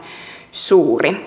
suuri